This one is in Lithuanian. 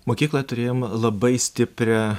mokykloje turėjom labai stiprią